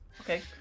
Okay